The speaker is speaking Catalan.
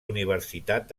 universitat